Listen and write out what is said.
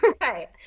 Right